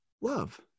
love